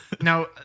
now